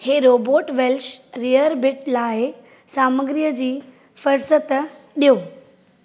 ही robot Welsh rarebit लाइ सामग्रीअ जी फ़हिरिस्त ॾियो